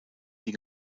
die